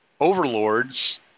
overlords